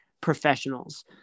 professionals